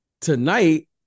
Tonight